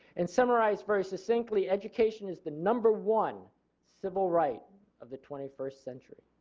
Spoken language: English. and summarized very succinctly education is the number one civil right of the twenty first century.